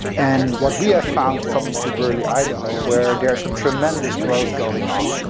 and what we have found, coming to burley, idaho, where there is a tremendous growth going on,